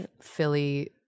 philly